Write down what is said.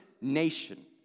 nation